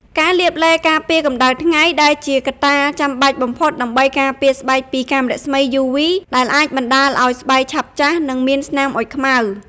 ការលាបឡេការពារកម្ដៅថ្ងៃ ដែលជាកត្តាចាំបាច់បំផុតដើម្បីការពារស្បែកពីកាំរស្មីយូវី ដែលអាចបណ្តាលឱ្យស្បែកឆាប់ចាស់ និងមានស្នាមអុចខ្មៅ ។